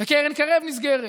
וקרן קרב נסגרת,